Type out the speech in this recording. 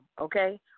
okay